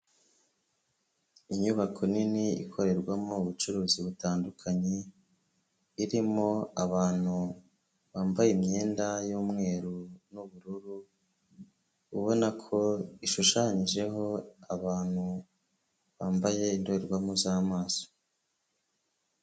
Inyubako nini ikorerwamo ubucuruzi butandukanye, irimo abantu bambaye imyenda y'umweru n'ubururu, ubona ko ishushanyijeho abantu bambaye indorerwamo z'amaso.